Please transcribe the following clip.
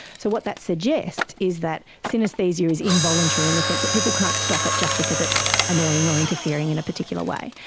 so what that suggests is that synaesthesia is involuntary in the sense that people can't stop it just because it's annoying or interfering in a particular way.